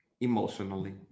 emotionally